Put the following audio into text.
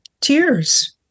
Tears